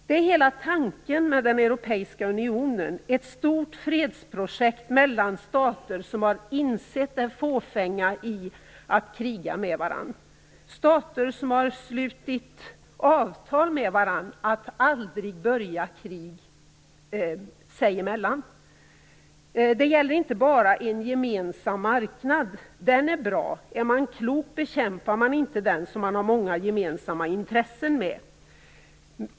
Det är hela tanken med den europeiska unionen, ett stort fredsprojekt mellan stater som har insett det fåfänga i att kriga med varandra och som slutit avtal med varandra om att aldrig börja krig sinsemellan. Det gäller inte bara en gemensam marknad även om den är bra. Är man klok bekämpar man inte den som man har många gemensamma intressen med.